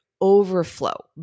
overflow